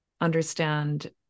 understand